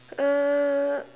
uh